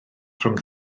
rhwng